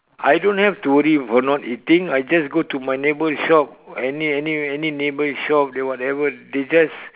I don't have to worry about not eating I just go to my neighbour shop any any any neighbour shop whatever they just